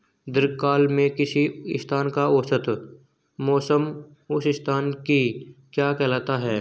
दीर्घकाल में किसी स्थान का औसत मौसम उस स्थान की क्या कहलाता है?